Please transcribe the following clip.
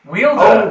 Wielder